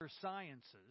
sciences